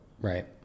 Right